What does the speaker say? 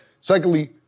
secondly